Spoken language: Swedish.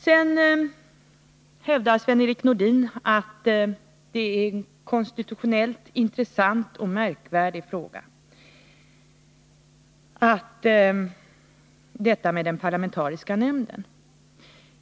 Sven-Erik Nordin hävdar att detta med den parlamentariska nämnden är en konstitutionellt intressant och märklig fråga.